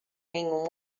nenhum